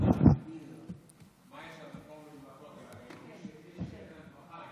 מה יש לרפורמים, אדוני היושב-ראש, חבריי